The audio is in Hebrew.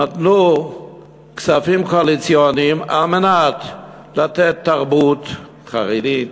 נתנו כספים קואליציוניים כדי לתת תרבות חרדית